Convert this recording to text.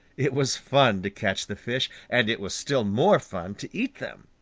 it was fun to catch the fish, and it was still more fun to eat them.